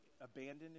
abandoned